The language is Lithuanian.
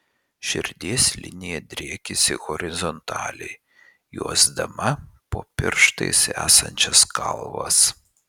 širdies linija driekiasi horizontaliai juosdama po pirštais esančias kalvas